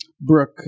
Brooke